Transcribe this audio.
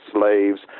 slaves